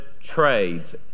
trades